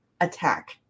attack